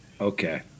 Okay